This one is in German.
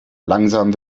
langsam